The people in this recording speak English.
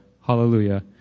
Hallelujah